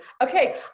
Okay